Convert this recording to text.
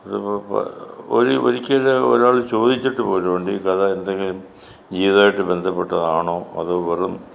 അതിപ്പോൾ ഒരു ഒരിക്കൽ ഒരാൾ ചോദിച്ചിട്ട് പോലും ഉണ്ട് ഈ കഥ എന്തെങ്കിലും ജീവിതമായിട്ട് ബന്ധപ്പെട്ടതാണോ അതോ വെറും